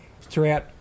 throughout